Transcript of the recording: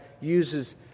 uses